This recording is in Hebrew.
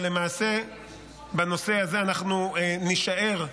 אבל למעשה בנושא הזה אנחנו נישאר,